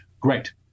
great